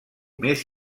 més